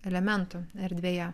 elementų erdvėje